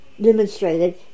demonstrated